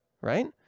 right